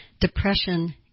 depression